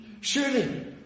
Surely